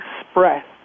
express